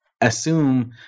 assume